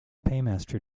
paymaster